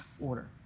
order